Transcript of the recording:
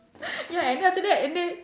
ya and then after that and then